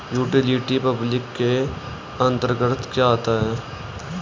Utility public के अंतर्गत क्या आता है?